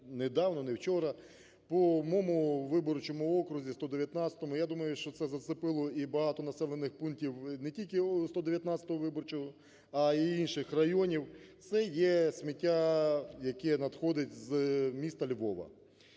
недавно, не вчора, по моєму виборчому окрузі 119. Я думаю, що це зачепило і багато населених пунктів не тільки 119 виборчого, а і інших районів. Це є сміття, яке надходить з міста Львова.